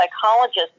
psychologist